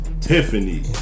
Tiffany